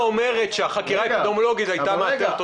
שגם החקירה האפידמיולוגית לא איתרה.